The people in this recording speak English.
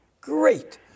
Great